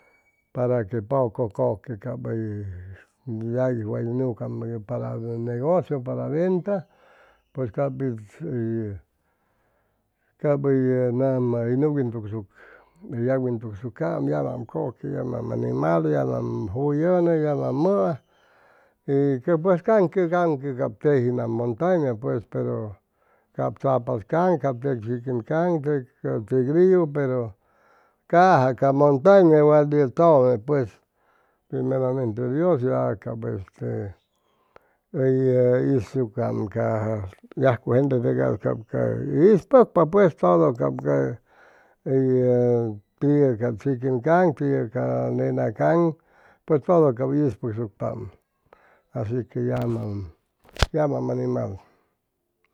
Para que poco kʉque cap hʉy yagui way nucam ye para negocio para venta pues cap pitz hʉy cap hʉy nama hoy nugwintugsucʉ hʉy yagwintucsucam yamam kʉque yamam animal yamam jullʉnʉ yamam mʉa y pues que caŋ que caŋ cap tejianam montaña pues pero cap tzapatz caŋ chiquin caŋ ca tigrillu pero caja ca montaña wat ye tʉme pues primeramente dios ya cap este hʉy hʉy isucam ca yajcujentetʉgay cap ca ispʉcpa pues todo cap ca hʉy tiʉ ca chiquin caŋ tiʉ ca nena caŋ pues todo ispʉgsucpaam asi que yamam yamam animal